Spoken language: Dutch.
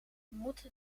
moet